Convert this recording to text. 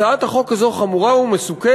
הצעת החוק הזאת חמורה ומסוכנת